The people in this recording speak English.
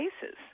cases